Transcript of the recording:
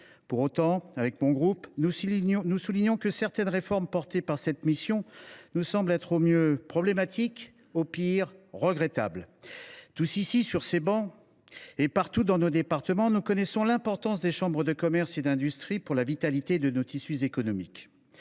Pour autant, le groupe Union Centriste estime que certaines réformes soutenues par cette mission sont, au mieux, problématiques, au pire, regrettables. Tous ici sur ces travées, et partout dans nos départements, nous connaissons l’importance des chambres de commerce et d’industrie (CCI) pour la vitalité de nos tissus économiques.